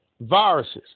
viruses